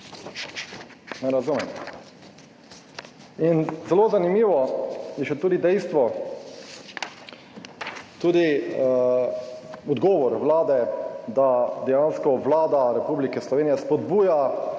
In zelo zanimivo je še tudi dejstvo, tudi odgovor Vlade, da dejansko Vlada Republike Slovenije spodbuja